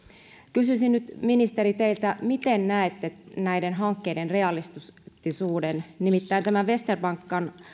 kysyisin nyt ministeri teiltä miten näette näiden hankkeiden realistisuuden nimittäin tämän vesterbackan